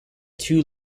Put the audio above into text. two